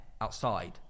outside